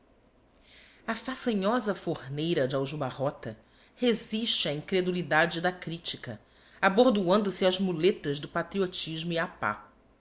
a façanhosa forneira de aljubarrota resiste á incredulidade da critica abordoando se ás muletas do patriotismo e